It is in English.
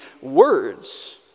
words